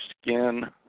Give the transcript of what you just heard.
skin